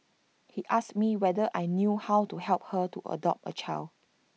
he asked me whether I knew how to help her to adopt A child